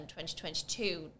2022